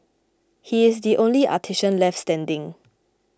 he is the only artisan left standing